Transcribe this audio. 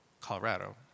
Colorado